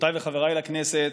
חברותיי וחבריי לכנסת,